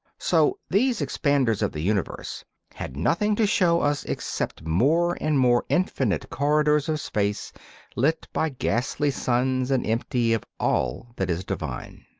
so these expanders of the universe had nothing to show us except more and more infinite corridors of space lit by ghastly suns and empty of all that is divine.